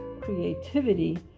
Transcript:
creativity